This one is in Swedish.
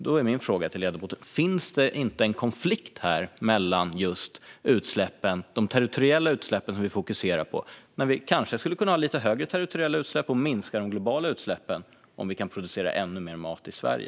Då är min fråga till ledamoten: Finns det inte en konflikt mellan de territoriella utsläppen, som vi fokuserar på, och de globala utsläppen? Vi kanske skulle kunna ha lite högre territoriella utsläpp men minska de globala utsläppen om vi kunde producera ännu mer mat i Sverige.